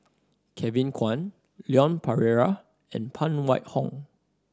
Kevin Kwan Leon Perera and Phan Wait Hong